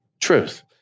truth